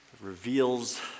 reveals